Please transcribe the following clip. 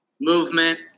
movement